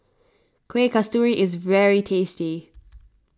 Kuih Kasturi is very tasty